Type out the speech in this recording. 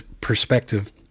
perspective